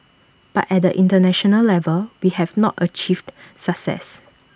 but at the International level we have not achieved success